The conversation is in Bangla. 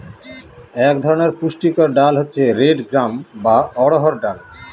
এক ধরনের পুষ্টিকর ডাল হচ্ছে রেড গ্রাম বা অড়হর ডাল